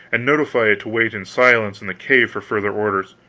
and notify it to wait in silence in the cave for further orders.